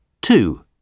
two